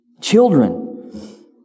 Children